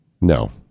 No